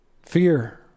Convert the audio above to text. Fear